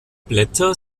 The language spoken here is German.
blätter